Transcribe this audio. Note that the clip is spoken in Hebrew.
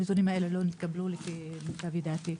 הנתונים האלה לא התקבלו, לפי מיטב ידיעתי.